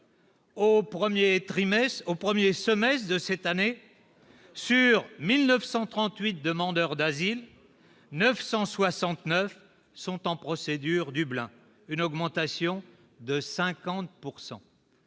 au 1er semestre de cette année sur 1938 demandeurs d'asile 969 sont en procédure Dublin une augmentation de 50